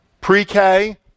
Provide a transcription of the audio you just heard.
pre-k